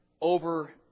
over